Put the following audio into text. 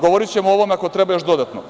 Govorićemo o ovome ako treba još dodatno.